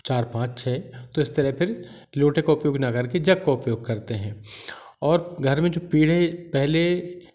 चार पाँच छः तो इस तरह फिर लोटे का उपयोग ना करके जग का उपयोग करते हैं और घर में जो पढ़िए पहले